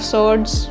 Swords